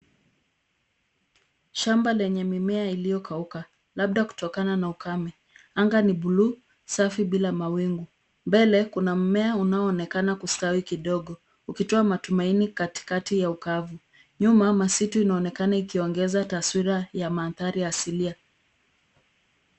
Shamba lenye mimea iliyokauka, labda kutokana na ukame. Anga ni bluu safi bila mawingu. Mbele kuna mmea unaoonekana kustawi kidogo ukitoa matumaini katikati ya ukavu. Nyuma masitu inaonekana ikiongeza taswira ya mandhari asilia.